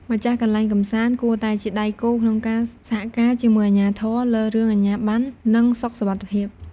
ម្ចាស់កន្លែងកម្សាន្ត គួរតែជាដៃគូក្នុងការសហការជាមួយអាជ្ញាធរ លើរឿង អាជ្ញាប័ណ្ណ និងសុខសុវត្ថិភាព។